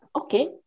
okay